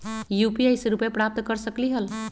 UPI से रुपए प्राप्त कर सकलीहल?